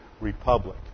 republic